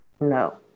No